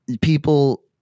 people